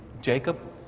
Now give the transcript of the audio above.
Jacob